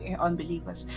unbelievers